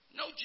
no